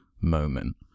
moment